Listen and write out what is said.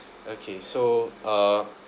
okay so uh